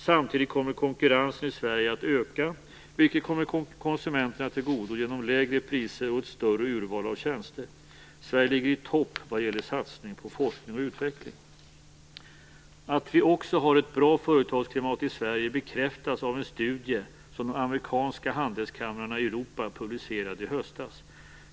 Samtidigt kommer konkurrensen i Sverige att öka, vilket kommer konsumenterna till godo genom lägre priser och ett större urval av tjänster. Sverige ligger i topp vad gäller satsning på forskning och utveckling. Att vi också har ett bra företagsklimat I Sverige bekräftas av en studie som de amerikanska handelskamrarna i Europa publicerade i höstas.